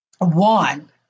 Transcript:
one